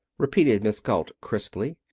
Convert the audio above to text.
repeated miss galt, crisply.